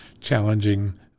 challenging